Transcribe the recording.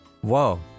Whoa